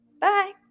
Bye